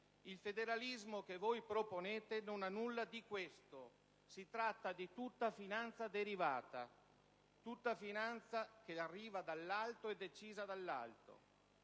Il federalismo che voi proponete non ha nulla di questo: si tratta solo di finanza derivata, che arriva dall'alto ed è decisa dall'alto.